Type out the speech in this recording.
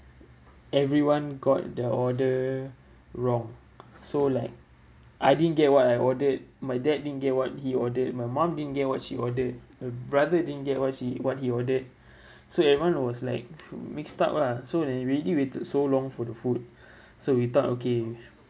everyone got the order wrong so like I didn't get what I ordered my dad didn't get what he ordered my mum didn't get what she ordered my brother didn't get what she what he ordered so everyone was like mm mixed up lah so when we already waited so long for the food so we thought okay